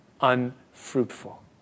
unfruitful